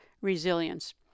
resilience